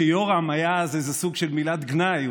שיורם היה אז איזה סוג של מילת גנאי,